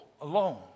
alone